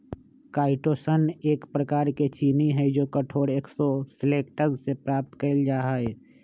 chitosan एक प्रकार के चीनी हई जो कठोर एक्सोस्केलेटन से प्राप्त कइल जा हई